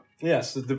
Yes